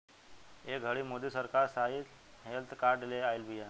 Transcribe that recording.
ए घड़ी मोदी सरकार soil health card ले आइल बिया